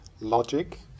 logic